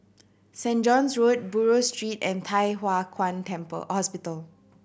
Saint John's Road Buroh Street and Thye Hua Kwan Temple Hospital